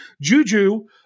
Juju